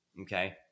okay